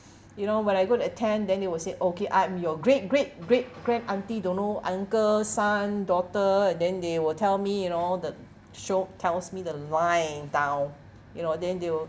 you know when I go and attend then they will say okay I'm your great great great great aunty don't know uncle son daughter then they will tell me you know the showed tells me the you know then they will